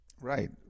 right